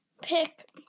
pick